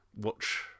watch